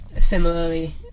similarly